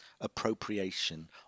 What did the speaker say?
appropriation